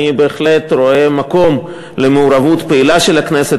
אני בהחלט רואה מקום למעורבות פעילה של הכנסת